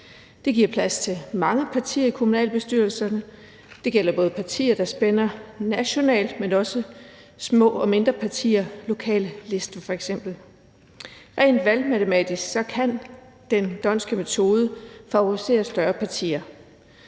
Det giver plads til mange partier i kommunalbestyrelserne. Det gælder både partier, der spænder nationalt, men også små og mindre partier, lokallisterne f.eks. Rent valgmatematisk kan den d'Hondtske metode favorisere større partier.